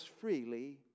freely